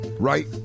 Right